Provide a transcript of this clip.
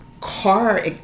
car